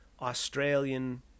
Australian